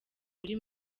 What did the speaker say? muri